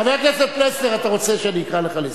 חבר הכנסת פלסנר, אתה רוצה שאני אקרא אותך לסדר?